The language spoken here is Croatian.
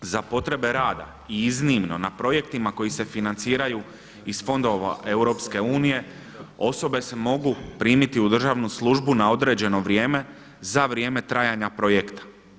Također, za potrebe rada i iznimno na projektima koji se financiraju iz fondova EU osobe se mogu primiti u državnu službu na određeno vrijeme za vrijeme trajanja projekta.